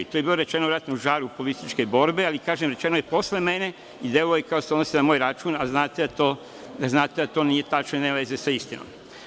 To je bilo rečeno verovatno u žaru političke borbe, ali kažem, rečeno je posle mene i deluje kao da se odnosi na moj račun, a znate da to nije tačno i nema veze sa istinom.